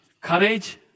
courage